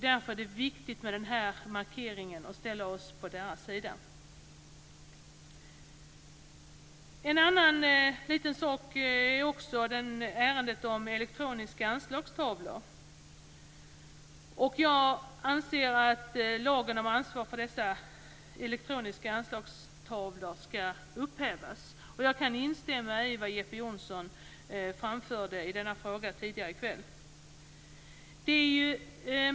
Därför är det viktigt med den här markeringen och att vi ställer oss på deras sida. En annan liten sak är ärendet om elektroniska anslagstavlor. Jag anser att lagen om ansvar för dessa elektroniska anslagstavlor ska upphävas. Jag kan instämma i vad Jeppe Johnsson framförde i denna fråga tidigare i kväll.